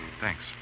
Thanks